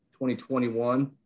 2021